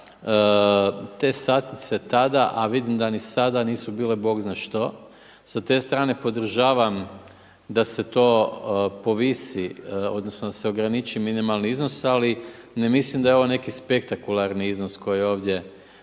da te satnice tada a vidim da ni sada nisu bile bog zna što, sa te strane podržavam da se to povisi odnosno da se ograniči minimalni iznos ali ne mislim da je ovo spektakularni iznos koji je ovdje